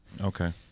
Okay